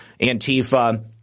Antifa